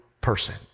person